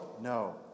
no